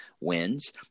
wins